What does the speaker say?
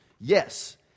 Yes